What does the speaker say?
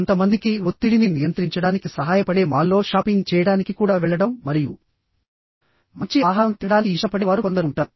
కొంతమందికి ఒత్తిడిని నియంత్రించడానికి సహాయపడే మాల్లో షాపింగ్ చేయడానికి కూడా వెళ్లడం మరియుమంచి ఆహారం తినడానికి ఇష్టపడే వారు కొందరు ఉంటారు